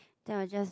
then I'll just